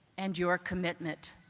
and your commitment.